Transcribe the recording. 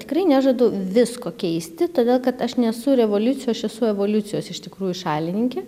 tikrai nežadu visko keisti todėl kad aš nesu revoliucijos aš esu evoliucijos iš tikrųjų šalininkė